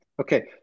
okay